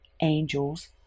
angels